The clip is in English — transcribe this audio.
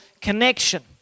connection